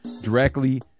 directly